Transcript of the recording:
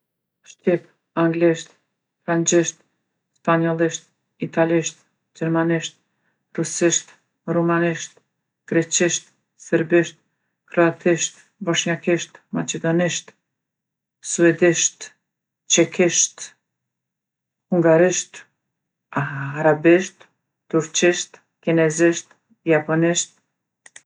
Shqip, anglisht, frangjisht, spanjollisht, italisht, gjermanisht, rusisht, rumanisht, greqisht, sërbisht, kroatisht, boshnjakisht, maqedonisht, suedisht, çekisht, hungarisht arabisht, turqisht, kinezisht, japonisht.